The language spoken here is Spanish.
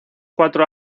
cuatro